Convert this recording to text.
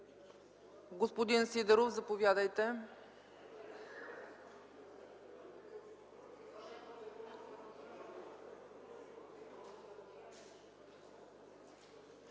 Господин Сидеров, заповядайте.